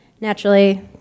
naturally